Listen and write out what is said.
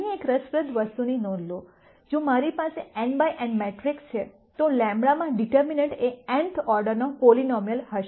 અહીં એક રસપ્રદ વસ્તુની નોંધ લો જો મારી પાસે n બાય n મેટ્રિક્સ છે તો λ માં ડિટર્મનન્ટ એ nth ઓર્ડરનો પોલીનોમીઅલ હશે